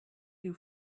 you